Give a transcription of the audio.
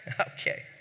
Okay